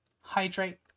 hydrate